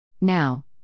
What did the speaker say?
Now